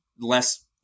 less